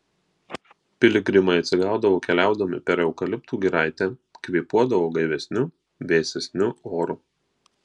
piligrimai atsigaudavo keliaudami per eukaliptų giraitę kvėpuodavo gaivesniu vėsesniu oru